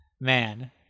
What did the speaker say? Man